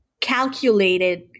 calculated